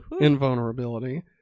invulnerability